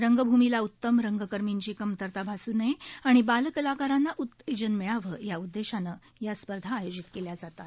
रंगभूमीला उतम रंगकर्मींची कमतरता भासू नये आणि बाल कलाकारांना उतेजन मिळावं या उददेशानं या स्पर्धा आयोजित केल्या जातात